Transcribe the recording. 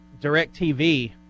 Directv